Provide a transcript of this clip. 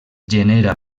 genera